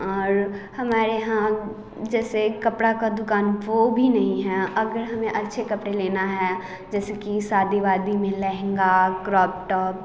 और हमारे यहाँ जैसे कपड़ा का दुकान वो भी नहीं है अगर हमें अच्छे कपड़े लेना है जैसे कि शादी वादी में लहंगा क्रॉप टॉप